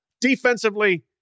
defensively